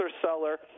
seller